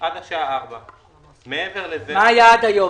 עד השעה 4:00. מה היה עד היום?